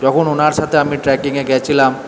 যখন ওনার সাথে আমি ট্রেকিংয়ে গেছিলাম